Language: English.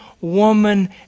woman